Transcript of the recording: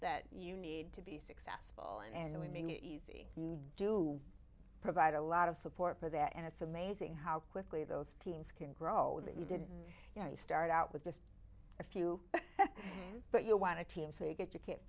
that you need to be successful and we make it easy you do provide a lot of support for that and it's amazing how quickly those teams can grow that you didn't you know you start out with the a few but you want a team so you get your